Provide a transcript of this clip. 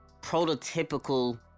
prototypical